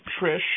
Trish